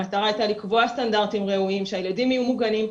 המטרה הייתה לקבוע סטנדרטים ראויים שהילדים יהיו מוגנים.